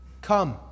come